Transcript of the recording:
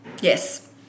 Yes